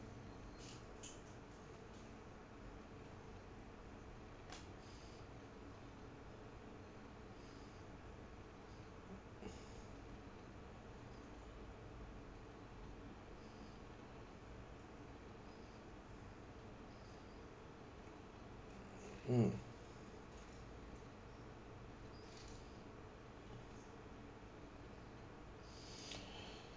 mm